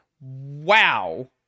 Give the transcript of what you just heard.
wow